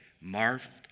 marveled